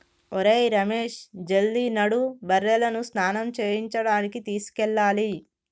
ఒరేయ్ రమేష్ జల్ది నడు బర్రెలను స్నానం చేయించడానికి తీసుకెళ్లాలి